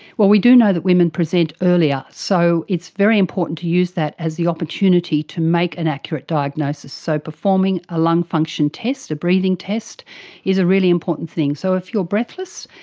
well, we do know that women present earlier, so it's very important to use that as the opportunity to make an accurate diagnosis, so performing a lung function test, a breathing test is a really important thing. so if you're breathless,